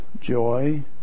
joy